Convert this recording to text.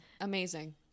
Amazing